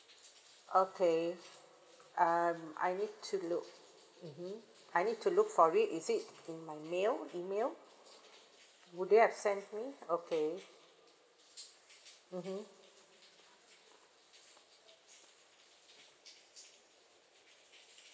okay um I need to look mmhmm I need to look for it is it in my mail email would they have send me okay mmhmm